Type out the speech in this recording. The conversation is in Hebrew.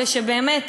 כדי שבאמת,